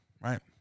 Right